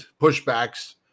Pushbacks